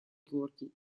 георгий